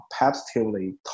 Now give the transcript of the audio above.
competitively